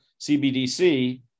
CBDC